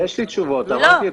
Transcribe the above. יש ליש תשובות ואמרתי אותן.